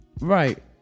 Right